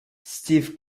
steve